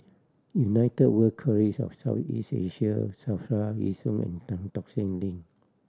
United World College of South East Asia SAFRA Yishun and Tan Tock Seng Link